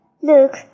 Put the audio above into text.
look